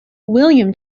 william